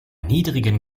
niedrigen